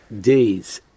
days